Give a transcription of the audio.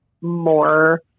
more